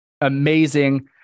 amazing